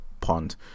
pond